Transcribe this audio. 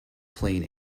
plain